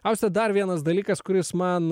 auste dar vienas dalykas kuris man